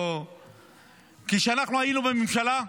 כשאנחנו היינו בממשלה,